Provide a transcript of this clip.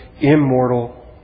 immortal